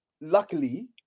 luckily